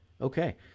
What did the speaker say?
Okay